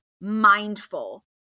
mindful